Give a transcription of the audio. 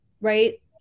right